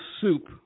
soup